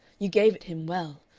you gave it him well.